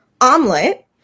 omelet